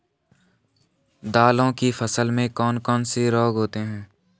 दालों की फसल में कौन कौन से रोग होते हैं?